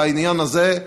על העניין הזה,